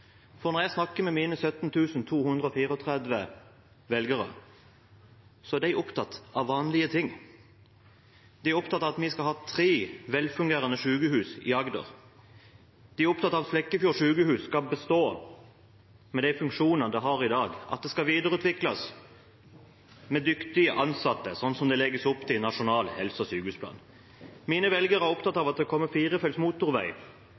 for når jeg snakker med mine 17 234 velgere, er de opptatt av vanlige ting. De er opptatt av at vi skal ha tre velfungerende sykehus i Agder. De er opptatt av at Flekkefjord sykehus skal bestå med de funksjonene det har i dag, og at det skal videreutvikles med dyktige ansatte, slik det legges opp til i Nasjonal helse- og sykehusplan. Mine velgere er opptatt av at det kommer firefelts motorvei